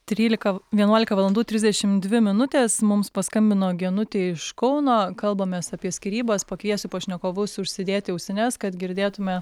trylika vienuolika valandų trisdešim dvi minutės mums paskambino genutė iš kauno kalbamės apie skyrybas pakviesiu pašnekovus užsidėti ausines kad girdėtume